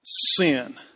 Sin